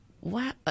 wow